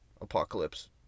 apocalypse